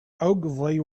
ogilvy